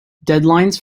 deadlines